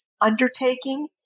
undertaking